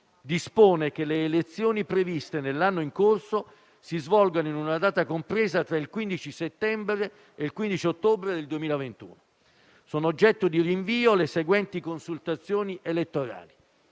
dispone che le elezioni previste nell'anno in corso si svolgano in una data compresa tra il 15 settembre e il 15 ottobre 2021. Sono oggetto di rinvio le seguenti consultazioni elettorali: